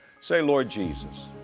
say, lord jesus,